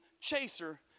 chaser